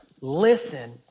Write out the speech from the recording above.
Listen